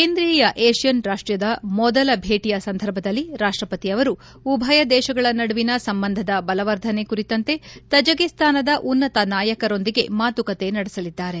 ಕೇಂದ್ರೀಯ ಏಷ್ಣನ್ ರಾಷ್ಟದ ಮೊದಲ ಭೇಟಿಯ ಸಂದರ್ಭದಲ್ಲಿ ರಾಷ್ಟಪತಿ ಅವರು ಉಭಯ ದೇಶಗಳ ನಡುವಿನ ಸಂಬಂಧದ ಬಲವರ್ಧನೆ ಕುರಿತಂತೆ ತಜಕಿಸ್ತಾನದ ಉನ್ನತ ನಾಯಕರೊಂದಿಗೆ ಮಾತುಕತೆ ನಡೆಸಲಿದ್ದಾರೆ